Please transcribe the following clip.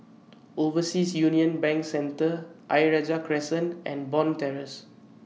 Overseas Union Bank Centre Ayer Rajah Crescent and Bond Terrace